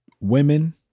women